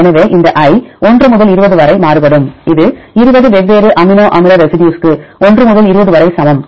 எனவே இந்த i 1 முதல் 20 வரை மாறுபடும் இது 20 வெவ்வேறு அமினோ அமில ரெசிடியூஸ்ற்கு 1 முதல் 20 வரை சமம்